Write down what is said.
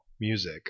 music